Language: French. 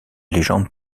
légende